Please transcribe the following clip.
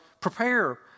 prepare